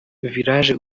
village